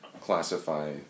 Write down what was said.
classify